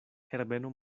herbeno